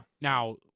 now